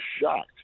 shocked